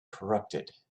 corrupted